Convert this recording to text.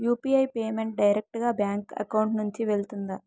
UPI payment direct గా bank account నుంచి వెళ్తుందా?